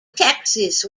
texas